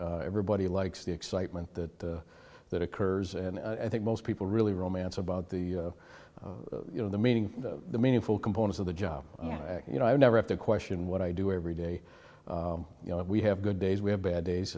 truck everybody likes the excitement that that occurs and i think most people really romance about the you know the meaning the meaningful component of the job you know i never have to question what i do every day you know we have good days we have bad days